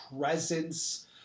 presence